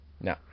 No